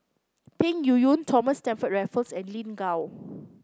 Peng Yuyun Thomas Stamford Raffles and Lin Gao